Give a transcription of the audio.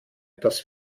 das